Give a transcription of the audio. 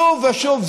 שוב ושוב,